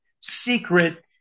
secret